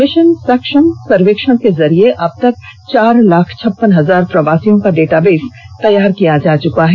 mission Saksham सर्वेक्षण के जरिए अब चार लाख छप्पन हजार प्रवासियों का डाटाबेस तैयार किया जा चुका है